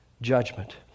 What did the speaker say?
judgment